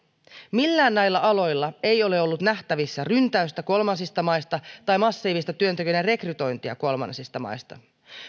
millään näillä aloilla ei ole ollut nähtävissä ryntäystä kolmansista maista tai massiivista työntekijöiden rekrytointia kolmansista maista